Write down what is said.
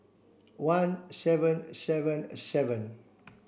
one seven seven seven